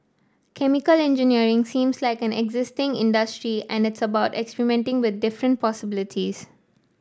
chemical engineering seems like an exciting industry and it's about experimenting with different possibilities